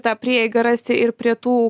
tą prieigą rasti ir prie tų